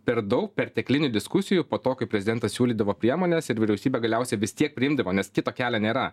per daug perteklinių diskusijų po to kai prezidentas siūlydavo priemones ir vyriausybė galiausiai vis tiek priimdavo nes kito kelio nėra